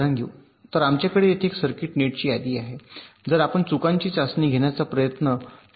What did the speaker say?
तर आपल्याकडे येथे एक सर्किट नेटची यादी आहे तर आपण चुकांची चाचणी घेण्याचा प्रयत्न करू ई 1